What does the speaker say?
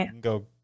go